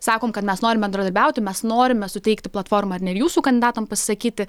sakom kad mes norime bendradarbiauti mes norime suteikti platformą ar ne ir jūsų kandidatams pasisakyti